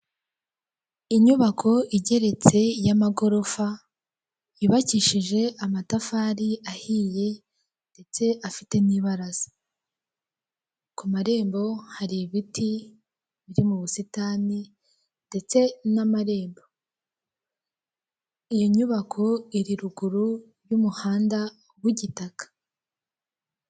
Inyubako igeretse y'amagorofa yubakishije amatafari ahiye ndetse afite n'ibaraza ku marembo hari ibiti biri mu busitani ndetse n'amarembo, iyo nyubako iri ruguru y'umuhanda w'igitaka.